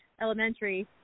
Elementary